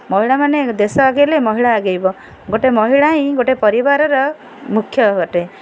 ମହିଳାମାନେ ଦେଶ ଆଗେଇଲେ ମହିଳା ଆଗେଇବ ଗୋଟେ ମହିଳା ହିଁ ଗୋଟେ ପରିବାରର ମୁଖ୍ୟ ଅଟେ